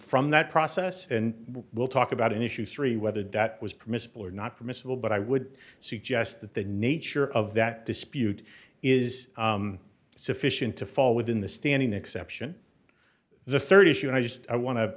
from that process and we will talk about in issue three whether that was permissible or not permissible but i would suggest that the nature of that dispute is sufficient to fall within the standing exception the rd issue and i just want to